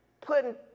putting